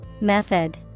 Method